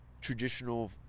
traditional